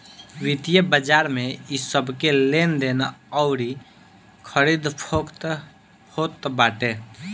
वित्तीय बाजार में इ सबके लेनदेन अउरी खरीद फोक्त होत बाटे